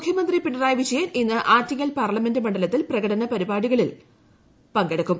മുഖ്യമന്ത്രി പിണറായി വിജയൻ ഇന്ന് ആറ്റിങ്ങൽ പാർലമെന്റ് മണ്ഡലത്തിൽ പ്രകടന പരിപാടികളിൽ പങ്കെടുക്കും